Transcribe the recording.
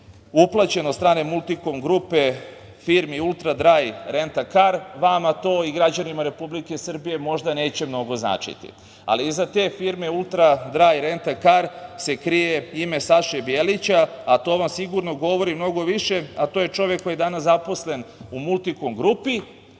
uplaćen od strane „Multikom grupe“ firmi „Ultradraj rentakar“, vama to i građanima Republike Srbije možda neće mnogo značiti. Ali, iza te firme „Ultradraj rentakar“ se krije ime Saše Bjelića, a to vam sigurno govori mnogo više, a to je čovek koji je danas zaposlen u „Multikom grupi“,